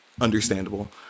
understandable